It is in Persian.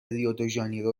ریودوژانیرو